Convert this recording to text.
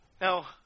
Now